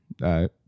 right